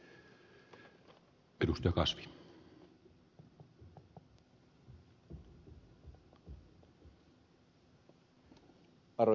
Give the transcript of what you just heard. arvoisa puhemies